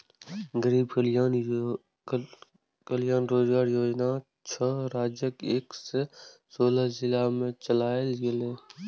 गरीब कल्याण रोजगार योजना छह राज्यक एक सय सोलह जिला मे चलायल गेलै